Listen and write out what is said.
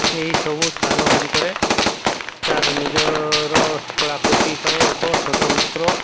ଏହିସବୁ ସ୍ଥାନଗୁଡ଼ିକରେ ତା'ର ନିଜର କଳାକୃତି ପାଇଁ ଏକ ସ୍ୱତନ୍ତ୍ର